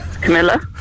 Camilla